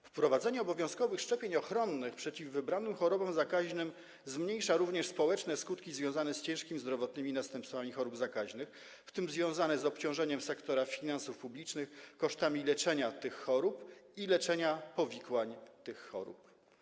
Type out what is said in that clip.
Wprowadzenie obowiązkowych szczepień ochronnych przeciw wybranym chorobom zakaźnym zmniejsza również społeczne skutki związane z ciężkimi zdrowotnymi następstwami chorób zakaźnych, w tym związane z obciążeniem sektora finansów publicznych kosztami leczenia tych chorób i leczenia powikłań tych chorób.